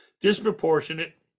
disproportionate